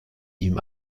ihm